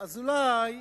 אז אולי,